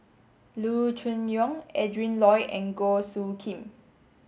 Loo Choon Yong Adrin Loi and Goh Soo Khim